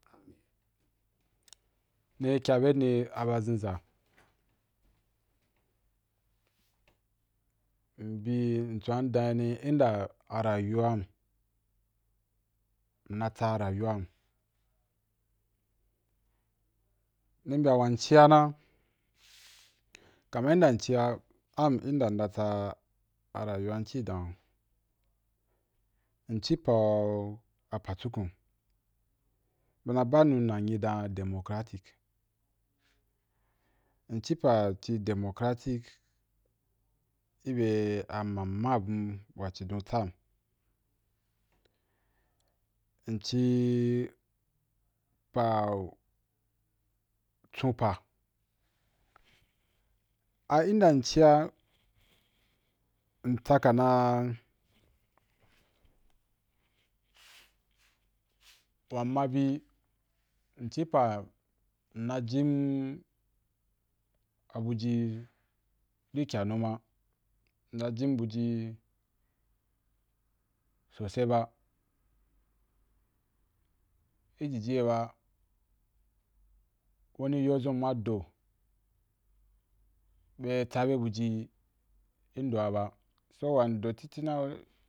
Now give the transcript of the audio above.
Ni kya ‘beni a ba zinza, mbi mcu’a indan yi ni inda arayuwam, nna tsa arayuwam, ni bya wan ci a na, kaman inda mci a, am inda nna tsa arayuwam ci dan, mci pa’u apa’ jukun be na be i nu nanyi dan democratic, mci pa ci democratic i be ama ma bum wa cidon tsam, mci pa chon pa, a inda mci’a msatana, pa nna bi mci pa nna ji abuji inkia nu ma, nna ji bu ji sosai ba, ijiji ye ba weni yo zun mma do bya tsa be buji i ndo’ a ba so wan do titi na.